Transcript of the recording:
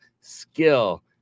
skill